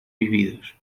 vividos